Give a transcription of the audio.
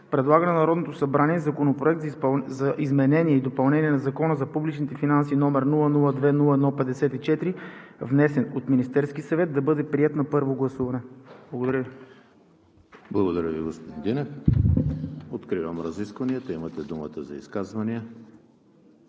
предлага на Народното събрание Законопроект за изменение и допълнение на Закона за публичните финанси, № 002-01-54, внесен от Министерския съвет, да бъде приет на първо гласуване“. Благодаря. ПРЕДСЕДАТЕЛ ЕМИЛ ХРИСТОВ: Благодаря Ви, господин Динев. Откривам разискванията. Имате думата за изказвания.